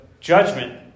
judgment